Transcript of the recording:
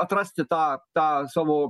atrasti tą tą savo